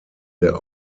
der